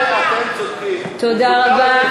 בזה אתם צודקים, הוא זוכה בבית-המשפט, תודה רבה.